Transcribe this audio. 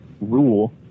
Rule